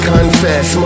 Confess